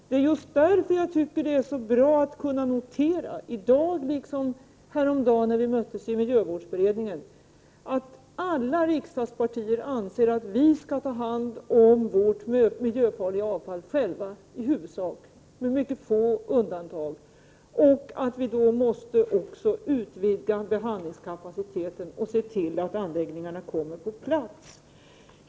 Det är därför jag tycker att det är så bra att jag kan notera, i dag liksom häromdagen när vi möttes i miljövårdsberedningen, att alla riksdagspartier anser att vi själva i huvudsak skall ta hand om vårt miljöfarliga avfall. Från den regeln skall det finnas bara mycket få undantag. Vi måste då också utvidga behandlingskapaciteten och se till att anläggningarna kommer på plats.